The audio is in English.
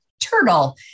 turtle